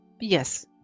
Yes